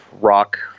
rock